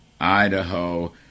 Idaho